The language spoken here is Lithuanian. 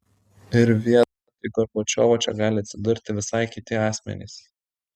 ir vietoj gorbačiovo čia gali atsidurti visai kiti asmenys